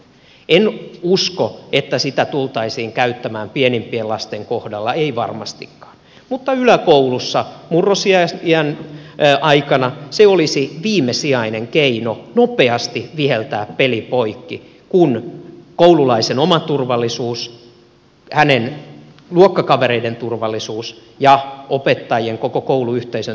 en usko että sitä tultaisiin käyttämään pienimpien lasten kohdalla ei varmastikaan mutta yläkoulussa murrosiän aikana se olisi viimesijainen keino nopeasti viheltää peli poikki kun koululaisen oma turvallisuus hänen luokkakavereidensa turvallisuus ja opettajien koko kouluyhteisön turvallisuus sitä vaatisivat